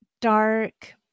dark